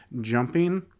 jumping